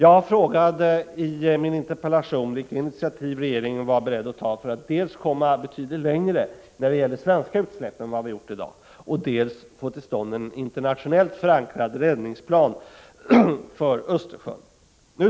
I min interpellation frågade jag vilka initiativ regeringen var beredd att ta för att dels komma betydligt längre när det gäller svenska utsläpp än vad vi har gjort i dag, dels få till stånd en internationellt förankrad räddningsplan för Östersjön.